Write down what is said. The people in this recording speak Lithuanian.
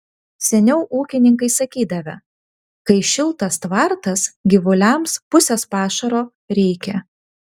seniau ūkininkai sakydavę kai šiltas tvartas gyvuliams pusės pašaro reikia